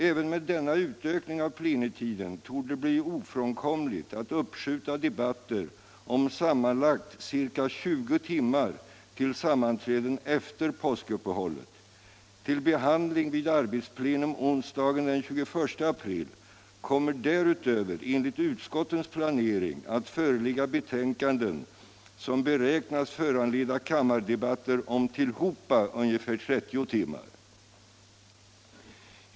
Även med denna utökningav plenitiden torde det bli ofrånkomligt att uppskjuta debatter om sammanlagt ca 20 timmar till sammanträden efter påskuppehållet. Till behandling vid arbetsplenum onsdagen den 21 april kommer därutöver enligt utskottens planering att föreligga betänkanden som beräknas föranleda kammardebatter om tillhopa ungefär 30 timmar.